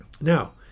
Now